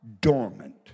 dormant